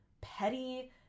petty